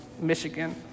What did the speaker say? Michigan